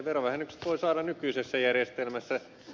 verovähennykset voi saada nykyisessä järjestelmässä